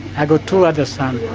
i got two other sons.